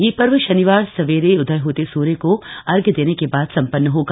यह पर्व शनिवार सवेरे उदय होते सूर्य को अर्घ्य देने के बाद संपन्न होगा